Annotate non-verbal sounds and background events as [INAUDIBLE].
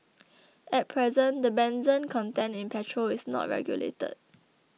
[NOISE] at present the benzene content in petrol is not regulated